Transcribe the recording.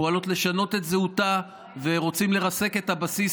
פועלות לשנות את זהותה ורוצות לשתק את הבסיס